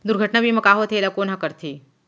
दुर्घटना बीमा का होथे, एला कोन ह करथे?